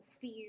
fear